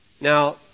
Now